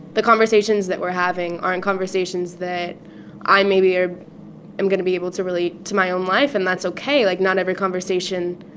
the conversations that we're having aren't conversations that i maybe am going to be able to relate to my own life, and that's ok. like, not every conversation,